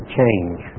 change